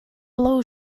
blow